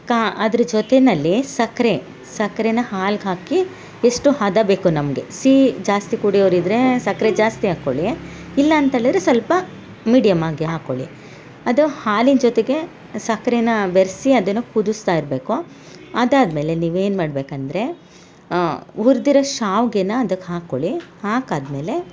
ಕಾ ಅದ್ರ ಜೊತೆನಲ್ಲಿ ಸಕ್ಕರೆ ಸಕ್ಕರೆನ ಹಾಲ್ಗೆ ಹಾಕಿ ಎಷ್ಟು ಹದ ಬೇಕೋ ನಮಗೆ ಸಿಹಿ ಜಾಸ್ತಿ ಕುಡಿಯೋರಿದ್ದರೆ ಸಕ್ಕರೆ ಜಾಸ್ತಿ ಹಾಕ್ಕೊಳ್ಳಿ ಇಲ್ಲಂತೇಳಿದರೆ ಸ್ವಲ್ಪ ಮೀಡ್ಯಮ್ ಆಗಿ ಹಾಕೊಳಿ ಅದು ಹಾಲಿನ ಜೊತೆಗೆ ಸಕ್ಕರೆನ ಬೆರೆಸಿ ಅದನ್ನ ಕುದಿಸ್ತಾ ಇರಬೇಕು ಅದಾದ ಮೇಲೆ ನೀವು ಏಮ ಮಾಡ್ಬೇಕಂದರೆ ಹುರ್ದಿರೊ ಶಾವ್ಗೆನ ಅದಕ್ಕೆ ಹಾಕೊಳ್ಳಿ ಹಾಕಾದ್ಮೇಲೆ